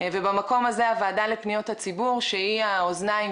במקום הזה הוועדה לפניות הציבור שהיא האוזניים